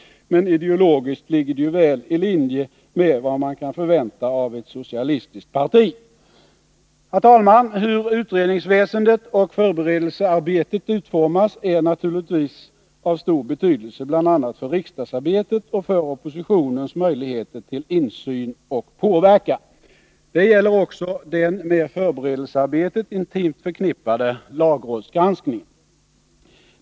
Men ideologiskt ligger det ju väl i linje med vad man kan förvänta av ett socialistiskt parti. Herr talman! Hur utredningsväsendet och förberedelsearbetet utformas är naturligtvis av stor betydelse bl.a. för riksdagsarbetet och för oppositionens möjligheter till insyn och påverkan. Det gäller också den med förberedelsearbetet intimt förknippade lagrådsgranskningen.